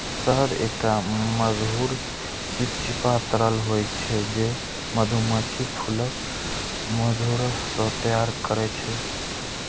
शहद एकटा मधुर, चिपचिपा तरल होइ छै, जे मधुमाछी फूलक मधुरस सं तैयार करै छै